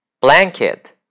Blanket